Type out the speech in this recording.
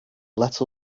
let